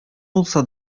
булса